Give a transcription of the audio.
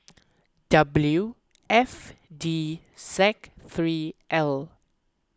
W F D Z three L